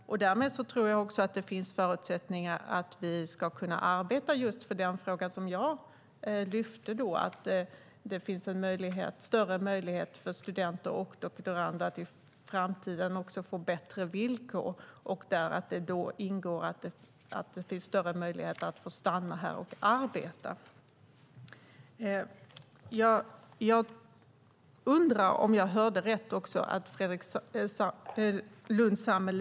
Därmed tror jag också att det finns förutsättningar för att vi ska kunna arbeta just för den fråga som jag lyfte fram, att det ska finnas en större möjlighet för studenter och doktorander att i framtiden få bättre villkor och att det då ingår att det finns större möjligheter att få stanna här och arbeta. Jag undrar om jag hörde rätt, Fredrik Lundh Sammeli.